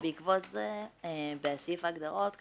בעקבות זה בסעיף ההגדרות,